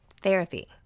Therapy